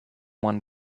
one